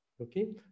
Okay